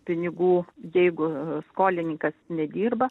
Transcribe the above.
pinigų jeigu skolininkas nedirba